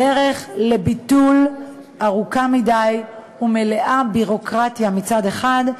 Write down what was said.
הדרך לביטול ארוכה מדי ומלאה ביורוקרטיה מצד אחד,